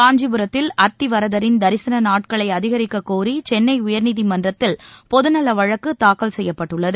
காஞ்சிபுரத்தில் அத்திவரதரின் தரிசன நாட்களை அதிகரிக்கக்கோரி சென்னை உயர்நீதிமன்றத்தில் பொதுநல வழக்கு தாக்கல் செய்யப்பட்டுள்ளது